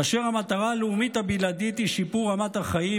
כאשר המטרה הלאומית הבלעדית היא שיפור רמת החיים,